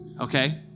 Okay